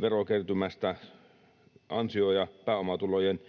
verokertymästä ansio- ja pääomatulojen